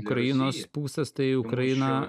ukrainos pusės tai ukrainą